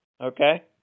Okay